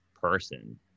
person